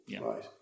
Right